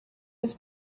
was